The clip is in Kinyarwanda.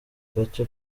gace